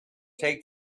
take